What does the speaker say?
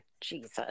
Jesus